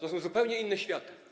To są zupełnie inne światy.